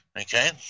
okay